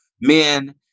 Men